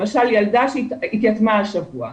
למשל שהתייתמה השבוע,